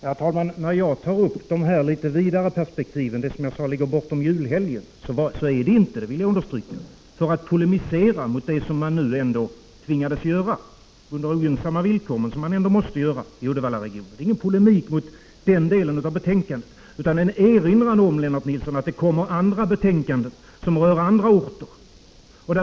Herr talman! När jag tar upp dessa litet vidare perspektiv — de som ligger bortom julhelgen — vill jag understryka att det inte är för att polemisera mot det som man nu tvingades göra — under ogynnsamma villkor — i Uddevallaregionen. Det är ingen polemik mot denna del av betänkandet. Det är en erinran, Lennart Nilsson, om att det kommer andra betänkanden som rör andra orter.